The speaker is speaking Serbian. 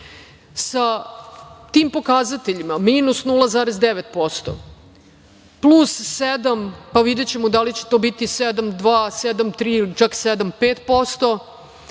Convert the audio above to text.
sa tim pokazateljima minus 0,9%, plus 7%, pa videćemo da li će to biti 7,2%, 7,3% ili čak 7,5%